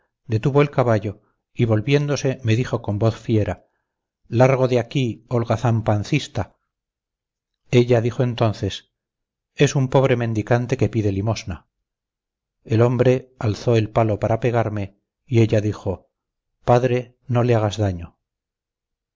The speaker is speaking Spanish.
detuvo el caballo y volviéndose me dijo con voz fiera largo de aquí holgazán pancista ella dijo entonces es un pobre mendicante que pide limosna el hombre alzó el palo para pegarme y ella dijo padre no le hagas daño